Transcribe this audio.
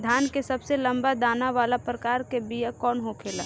धान के सबसे लंबा दाना वाला प्रकार के बीया कौन होखेला?